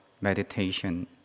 meditation